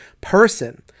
person